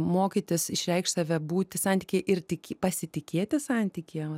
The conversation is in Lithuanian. mokytis išreikšt save būti santykyje ir tik pasitikėti santykyje